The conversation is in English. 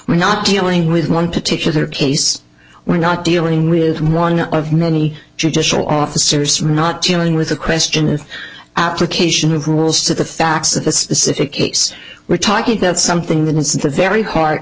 we're not dealing with one particular case we're not dealing with one of many judicial officers are not dealing with the question of application of rules to the facts of a specific case we're talking about something that is the very hear